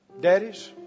daddies